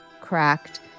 cracked